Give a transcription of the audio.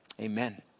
amen